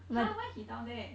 !huh! why he down there